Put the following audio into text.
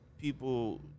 People